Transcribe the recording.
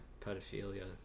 pedophilia